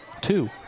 Two